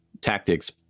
tactics